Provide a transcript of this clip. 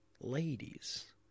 ladies